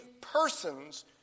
persons